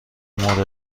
مورد